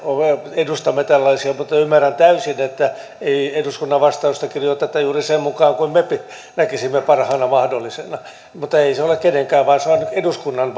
edustamme tällaisia mutta ymmärrän täysin että ei eduskunnan vastausta kirjoiteta juuri sen mukaan kuin minkä me näkisimme parhaana mahdollisena mutta ei se ole kenenkään muun vaan se on eduskunnan